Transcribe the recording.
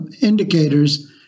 indicators